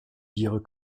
dire